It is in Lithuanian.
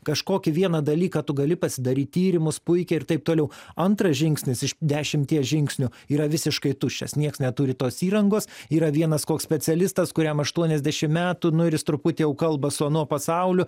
kažkokį vieną dalyką tu gali pasidaryt tyrimus puikiai ir taip toliau antras žingsnis iš dešimties žingsnių yra visiškai tuščias nieks neturi tos įrangos yra vienas koks specialistas kuriam aštuoniasdešimt metų nu ir jis truputį jau kalba su anuo pasauliu